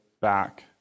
back